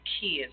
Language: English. kids